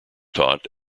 taught